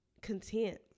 content